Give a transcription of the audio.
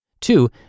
Two